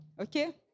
Okay